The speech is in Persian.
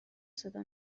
صدا